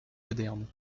moderne